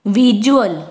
visual